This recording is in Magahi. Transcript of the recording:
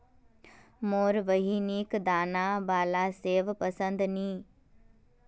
मोर बहिनिक दाना बाला सेब पसंद नी